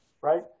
Right